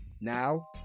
Now